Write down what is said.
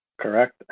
Correct